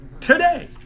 today